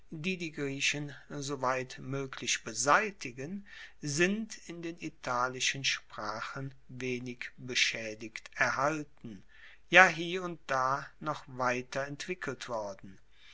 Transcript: die griechen soweit moeglich beseitigen sind in den italischen sprachen wenig beschaedigt erhalten ja hie und da noch weiter entwickelt worden